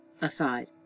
Aside